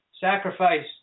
Sacrifice